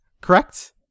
correct